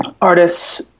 artists